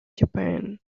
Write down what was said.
japan